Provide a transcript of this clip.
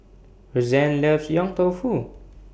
Rozanne loves Yong Tau Foo